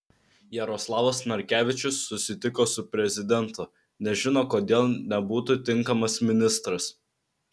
jaroslavas narkevičius susitiko su prezidentu nežino kodėl nebūtų tinkamas ministras